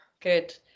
Good